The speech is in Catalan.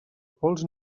pols